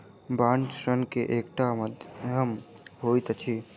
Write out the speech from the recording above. bond ऋण के एकटा माध्यम होइत अछि